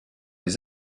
les